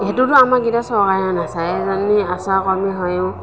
সেইটোতো আমাক এতিয়া চৰকাৰে নাচাই এজনী আশাকৰ্মী হৈও